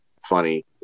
funny